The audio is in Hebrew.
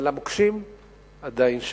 אבל המוקשים עדיין שם.